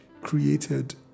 created